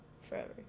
Forever